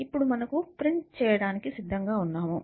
ఇప్పుడు మనము ప్రింట్ చేయడానికి సిద్ధంగా ఉన్నాము